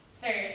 Third